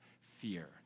fear